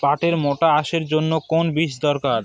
পাটের মোটা আঁশের জন্য কোন বীজ দরকার?